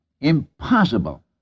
Impossible